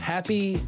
Happy